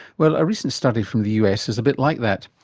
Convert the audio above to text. well, a recent study from the us is a bit like that.